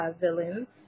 villains